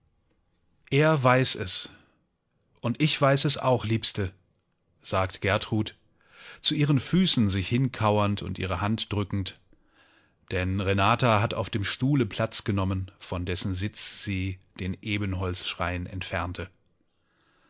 er weiß es und ich weiß es auch liebste sagt gertrud zu ihren füßen sich hinkauernd und ihre hand drückend denn renata hat auf dem stuhle platz genommen von dessen sitz sie den ebenholzschrein entfernte